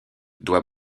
doit